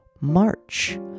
March